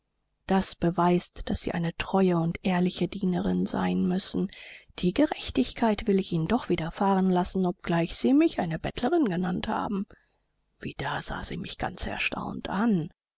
das beweist daß sie eine treue und ehrliche dienerin sein müssen die gerechtigkeit will ich ihnen doch widerfahren lassen obgleich sie mich eine bettlerin genannt haben wieder sah sie mich ganz erstaunt an